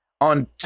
on